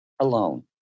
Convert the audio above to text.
alone